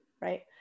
Right